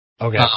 Okay